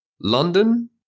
London